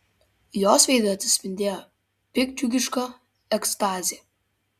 jos veide atsispindėjo piktdžiugiška ekstazė